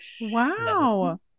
Wow